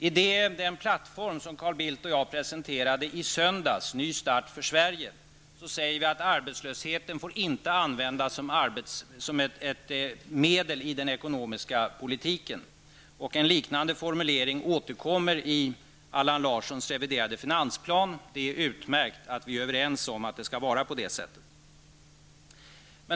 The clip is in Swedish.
I den plattform som Carl Bildt och jag presenterade i söndags -- Ny start för Sverige -- säger vi att arbetslösheten inte får användas som ett medel i den ekonomiska politiken. En liknande formulering återkommer i Allan Larssons reviderade finansplan. Det är utmärkt att vi är överens om att det skall vara på det sättet.